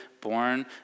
born